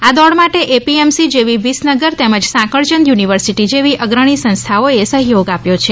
આ દોડ માટે એપીએમસી જેવી વિસનગર તેમજ સાંકળયંદ યુનિવર્સીટી જેવી અગ્રણી સંસ્થાઓએ સહ્યોગ આપ્યો છે